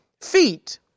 feet